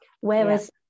whereas